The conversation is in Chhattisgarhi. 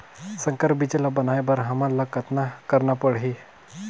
संकर बीजा ल बनाय बर हमन ल कतना करना परही?